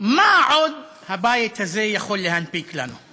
מה עוד הבית הזה יכול להנפיק לנו?